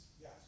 Yes